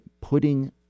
putting